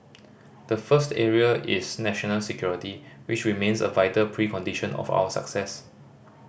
the first area is national security which remains a vital precondition of our success